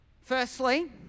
firstly